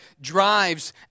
drives